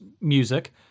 music